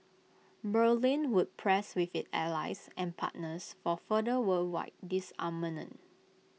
Berlin would press with its allies and partners for further worldwide disarmament